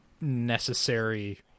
necessary